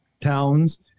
towns